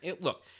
look